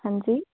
ਹਾਂਜੀ